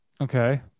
Okay